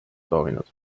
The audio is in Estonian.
soovinud